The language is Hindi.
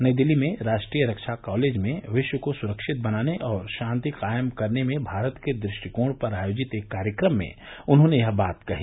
नई दिल्ली में राष्ट्रीय रक्षा कॉलेज में विश्व को सरक्षित बनाने और शांति कायम करने में भारत के दृष्टिकोण पर आयोजित एक कार्यक्रम में उन्होंने यह बात कही